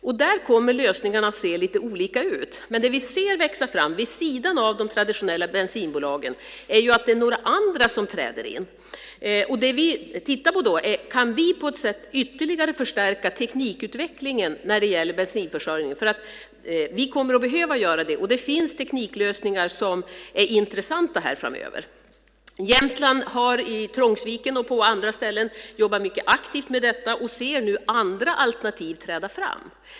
Lösningarna kommer att se lite olika ut, men vid sidan av de traditionella bensinbolagen ser vi att andra träder in. Vad vi då tittar på är om vi på något sätt ytterligare kan förstärka teknikutvecklingen när det gäller bensinförsörjningen. Vi kommer att behöva göra det, och det finns tekniklösningar som är intressanta här framöver. Jämtland har i Trångsviken och på andra ställen jobbat mycket aktivt med detta och ser nu andra alternativ träda fram.